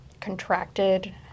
contracted